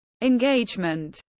engagement